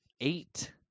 Eight